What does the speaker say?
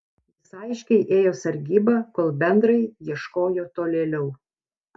jis aiškiai ėjo sargybą kol bendrai ieškojo tolėliau